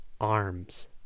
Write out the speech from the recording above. arms